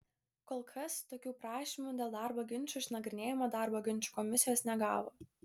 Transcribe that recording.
kol kas tokių prašymų dėl darbo ginčų išnagrinėjimo darbo ginčų komisijos negavo